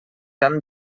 tant